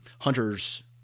hunter's